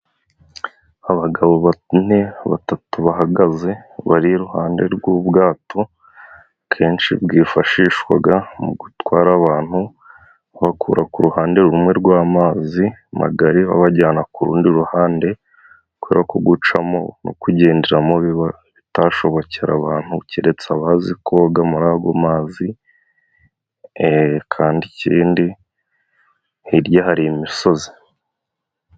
Abagabo bane, batatu bahagaze bari iruhande rw'ubwato kenshi bwifashishwaga mu gutwara abantu babakura ku ruhande rumwe rw'amazi magari babajyana ku rundi ruhande, kubera ko gucamo no kugenderamo biba bitashobokera abantu, keretse abazi koga muri ago mazi, kandi ikindi hirya hari imisozi.